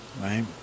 Right